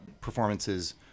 performances